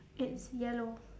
it's yellow